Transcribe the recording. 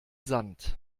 sand